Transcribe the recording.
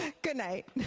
goodnight.